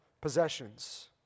possessions